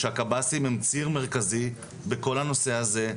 שהקב"סים הם ציר מרכזי בכל הנושא הזה,